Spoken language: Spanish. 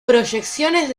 proyecciones